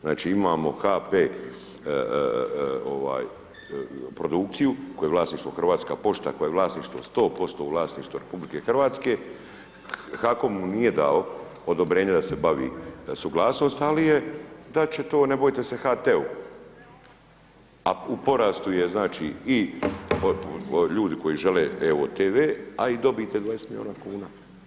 Znači imamo HP produkciju koje je vlasništvo HP, koje je vlasništvo 100% u vlasništvu RH, HAKOM mu nije dao odobrenje da se bavi, suglasnost, ali je, dati će to ne bojte HT-u a u porastu je znači i ljudi koji žele EVO TV a i dobijete 20 milijuna kuna.